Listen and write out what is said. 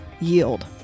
Yield